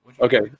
Okay